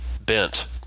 Bent